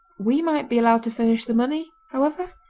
we might be allowed to furnish the money, however,